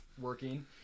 working